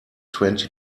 twenty